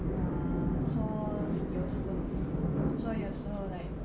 err 说有时说有时候 like